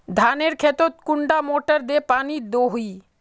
धानेर खेतोत कुंडा मोटर दे पानी दोही?